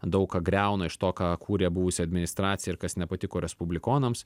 daug ką griauna iš to ką kūrė buvusi administracija ir kas nepatiko respublikonams